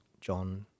John